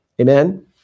Amen